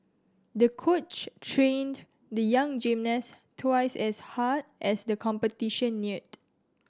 the coach trained the young gymnast twice as hard as the competition neared